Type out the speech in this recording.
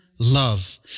Love